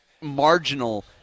marginal